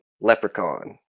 leprechaun